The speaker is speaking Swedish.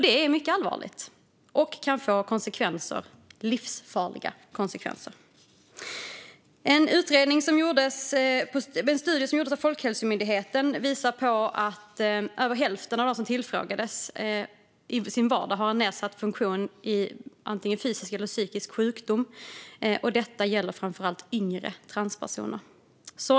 Det är mycket allvarligt och kan få livsfarliga konsekvenser. En studie som gjorts av Folkhälsomyndigheten visar på att över hälften av dem som tillfrågats i sin vardag har nedsatt funktion på grund av antingen fysisk eller psykisk sjukdom. Detta gäller framför allt yngre transpersoner.